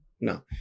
no